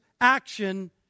action